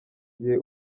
gihe